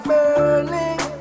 Burning